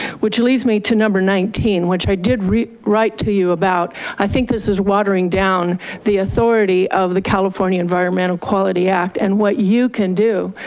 which leads me to number nineteen, which i did write write to you about, i think this is watering down the authority of the california environmental quality act and what you can do.